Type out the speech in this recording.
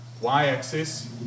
y-axis